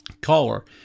caller